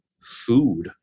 food